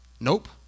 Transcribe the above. Nope